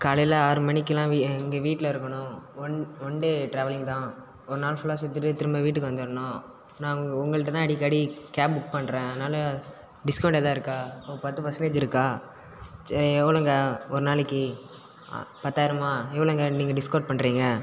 காலையில ஆறு மணிக்குலாம் வீ இங்கே வீட்டில இருக்கணும் ஒன் ஒன் டே ட்ராவெல்லிங் தான் ஒரு நாள் ஃபுல்லா சுற்றிட்டு திரும்ப வீட்டுக்கு வந்துடணும் நான் உங்கள் உங்கள்ட்ட தான் அடிக்கடி கேப் புக் பண்ணுறேன் அதனால் டிஸ்கவுண்ட் எதாது இருக்கா ஒரு பத்து பர்ஸன்டேஜ் இருக்கா சரி எவ்வளோங்க ஒரு நாளைக்கு பத்தாயிரம்மா எவ்வளோங்க நீங்கள் டிஸ்கவுண்ட் பண்ணுறீங்க